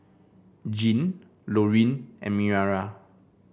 Jeanne Lorene and Mariah